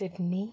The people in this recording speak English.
Sydney